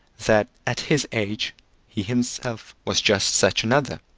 that at his age he himself was just such another.